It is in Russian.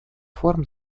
форм